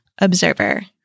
observer